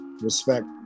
respect